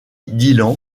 dylan